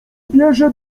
bierze